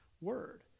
word